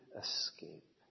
escape